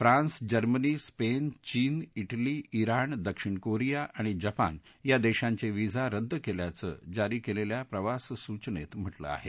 France Germany Spain चीन तेली ज्ञाण दक्षिण कोरिया आणि जपान या देशांचे व्हिसा रद्द केल्याचं जारी केलेल्या प्रवास सूचनेत म्हटलं आहे